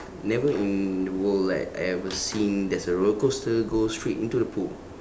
never in the world like I ever seen there's a rollercoaster go straight into the pool